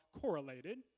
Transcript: correlated